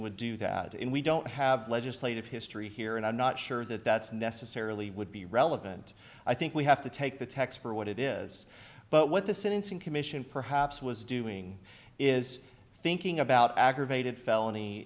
would do that and we don't have legislative history here and i'm not sure that that's necessarily would be relevant i think we have to take the text for what it is but what the sentencing commission perhaps was doing is thinking about aggravated felony